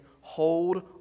hold